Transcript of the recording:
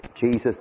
Jesus